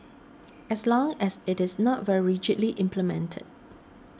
as long as it is not very rigidly implemented